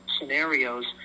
scenarios